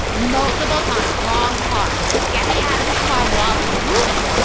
multiple times, wrong car, get me out of this car while it's moving.